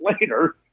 later